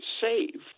saved